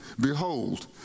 behold